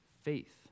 faith